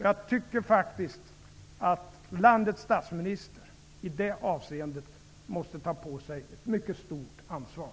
Jag tycker faktiskt att landets statsminister i det avseendet måste ta på sig ett mycket stort ansvar.